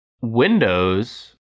Windows